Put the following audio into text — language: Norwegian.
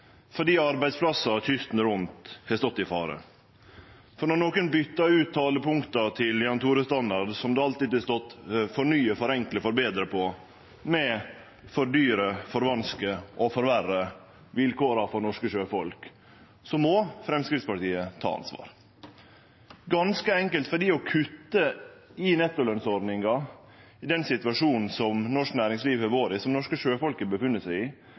arbeidsplassar kysten rundt har stått i fare. Når nokon byter ut «fornye», «forenkle» og «forbedre», slik det alltid har stått i talepunkta til Jan Tore Sanner, med «fordyre», «forvanske» og «forverre» vilkåra for norske sjøfolk, må Framstegspartiet ta ansvar – ganske enkelt fordi å kutte i nettolønsordninga i den situasjonen som norsk næringsliv har vore i, og som norske sjøfolk har vore i